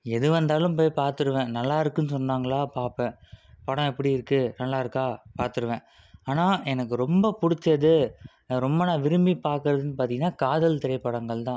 எது வந்தாலும் போய் பாத்துடுவேன் நல்லா இருக்கும்னு சொன்னாங்களா பார்ப்பேன் படம் எப்படியிருக்குது நல்லா இருக்கா பாத்துடுவேன் ஆனால் எனக்கு ரொம்ப பிடிச்சது ரொம்ப நான் விரும்பி பாக்கிறதுன்னு பார்த்தீங்கனா காதல் திரைப்படங்கள் தான்